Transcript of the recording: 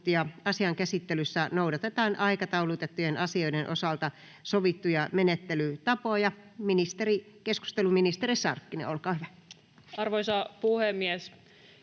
Asian käsittelyssä noudatetaan aikataulutettujen asioiden osalta sovittuja menettelytapoja. — Keskustelu, ministeri Sarkkinen, olkaa hyvä. [Speech